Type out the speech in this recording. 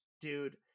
dude